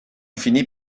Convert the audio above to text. finit